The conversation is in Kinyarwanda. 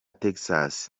texas